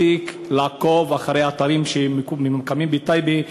מספיק לעקוב אחרי אתרים שממוקמים בטייבה,